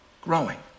growing